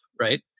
Right